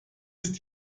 ist